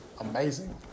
amazing